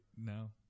No